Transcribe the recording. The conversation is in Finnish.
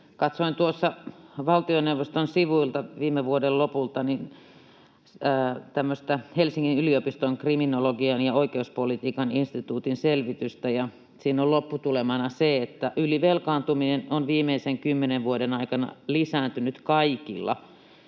Katsoin tuossa valtioneuvoston sivuilta tämmöistä Helsingin yliopiston Kriminologian ja oikeuspolitiikan instituutin selvitystä viime vuoden lopulta, ja siinä on lopputulemana se, että ylivelkaantuminen on viimeisen kymmenen vuoden aikana lisääntynyt kaikilla